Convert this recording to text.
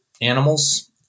animals